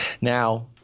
Now